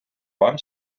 вам